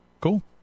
Cool